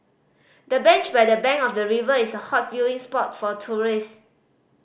the bench by the bank of the river is a hot viewing spot for tourist